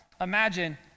Imagine